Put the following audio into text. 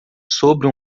sobre